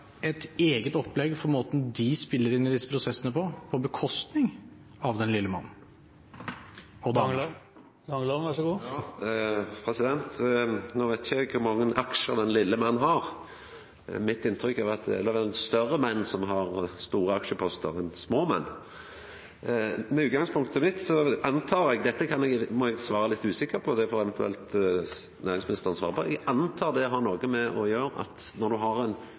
opplegg for måten den spiller inn i disse prosessene på, på bekostning av den lille mann? No veit ikkje eg kor mange aksjar den lille mann har. Mitt inntrykk er at det er fleire større menn enn små menn som har store aksjepostar. Med utgangspunktet mitt antar eg – dette må eg svara litt usikkert på, det må eventuelt næringsministeren svara på – at det har noko å gjera med at når du har ein